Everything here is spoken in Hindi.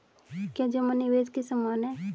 क्या जमा निवेश के समान है?